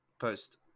post